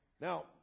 Now